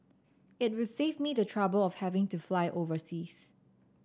it save me the trouble of having to fly overseas